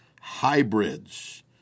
hybrids